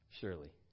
Surely